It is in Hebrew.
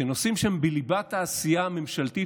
הוא שנושאים שם בליבת העשייה הממשלתית